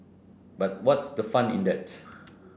but what's the fun in that